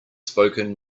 spoken